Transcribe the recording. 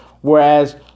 whereas